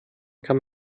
kann